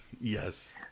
yes